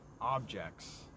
objects